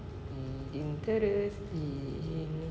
interesting